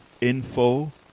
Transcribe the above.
info